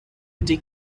take